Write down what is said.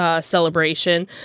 Celebration